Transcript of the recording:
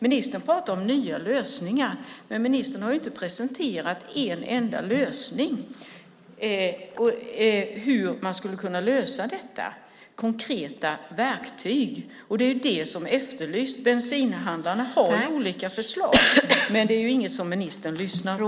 Ministern pratar om nya lösningar, men hon har inte presenterat ett enda förslag till hur man skulle kunna lösa detta konkreta problem. Det är det vi efterlyser. Bensinhandlarna har olika förslag, men det är inget som ministern lyssnar på.